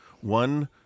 one